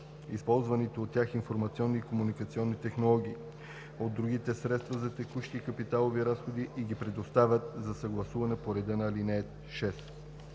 използваните от тях информационни и комуникационни технологии, от другите средства за текущи и капиталови разходи и ги предоставят за съгласуване по реда на ал. 6.